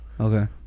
okay